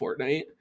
Fortnite